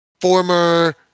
former